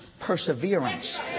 perseverance